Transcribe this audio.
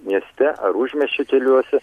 mieste ar užmiesčio keliuose